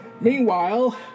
Meanwhile